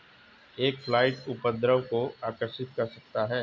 एक फ्लाई उपद्रव को आकर्षित कर सकता है?